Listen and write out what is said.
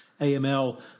AML